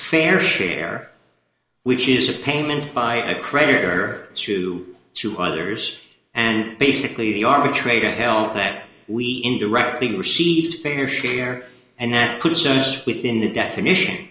fair share which is a payment by a creditor to two others and basically the arbitrator help that we indirectly received a fair share and that consumers within the definition